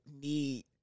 need